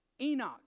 Enoch